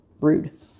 Rude